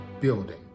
building